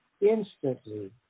instantly